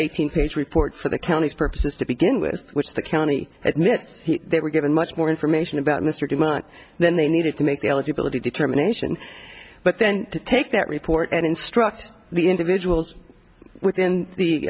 eighteen page report for the county's purposes to begin with which the county admits they were given much more information about mr dumont then they needed to make the eligibility determination but then to take that report and instruct the individuals within